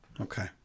Okay